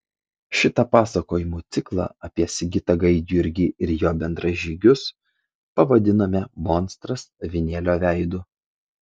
šitą pasakojimų ciklą apie sigitą gaidjurgį ir jo bendražygius pavadinome monstras avinėlio veidu